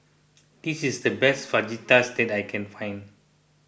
this is the best Fajitas that I can find